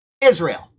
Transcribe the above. Israel